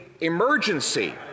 emergency